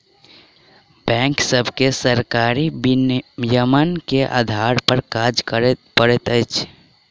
bank सभके सरकारी विनियमन के आधार पर काज करअ पड़ैत अछि